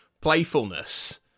playfulness